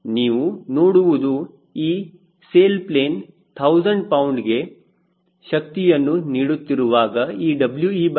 ನೀವು ನೋಡುವುದು ಈ ಸೇಲ್ ಪ್ಲೇನ್ 1000 ಪೌಂಡ್ ಗೆ ಶಕ್ತಿಯನ್ನು ನೀಡುತ್ತಿರುವಾಗ ಈ WeW0 0